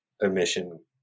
emission